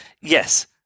yes